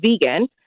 vegan